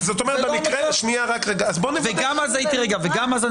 אבל זה לא המצב.